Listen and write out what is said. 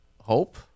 hope